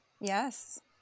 yes